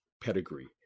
pedigree